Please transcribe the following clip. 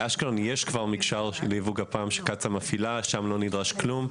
באשקלון יש כבר מקשר יבוא גפ"מ שקצא"א מפעילה ושם לא נדרש כלום.